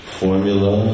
formula